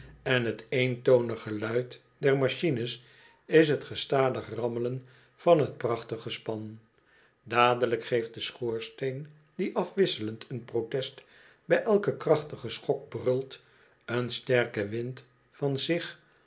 en t eentonig geluid der machines is t gestadig rammelen van t prachtige span dadelijk geeft de schoorsteen die afwisselend een protest bij eiken krachtigen schok brult een sterken wind van zich